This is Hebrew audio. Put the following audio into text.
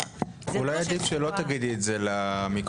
אולי עדיף שלא תגידי את זה למיקרופון.